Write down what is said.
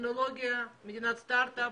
טכנולוגיה מדינת סטארט-אפ.